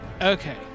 Okay